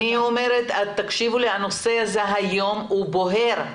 הנושא הזה היום הוא בוער.